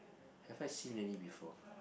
have I seen any before